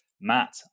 Matt